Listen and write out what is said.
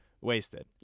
wasted